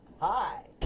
hi